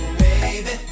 baby